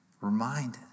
remind